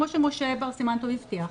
כמו שמשה בר סימן-טוב הבטיח,